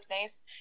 nice